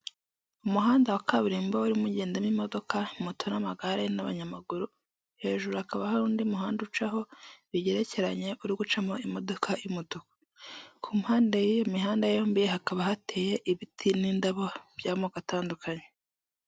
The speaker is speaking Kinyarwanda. Umuhanda wa kaburimbo urimo ugendamo imodoka, moto n'amagare n'abanyamaguru, hejuru hakaba hari undi muhanda ucaho bigerekeranye uri gucamo imodoka y'umutuku, ku mpande y'iyo mihanda yombi hakaba hateye ibiti n'indabo by'amoko atandukanye.